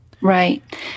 Right